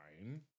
fine